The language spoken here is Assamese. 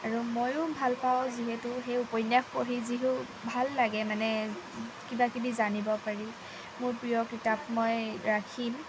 আৰু মইয়ো ভাল পাওঁ যিহেতু সেই উপন্যাস পঢ়ি যিবোৰ ভাল লাগে মানে কিবাকিবি জানিব পাৰি মোৰ প্ৰিয় কিতাপ মই ৰাখিম